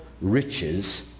riches